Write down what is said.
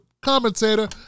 commentator